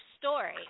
story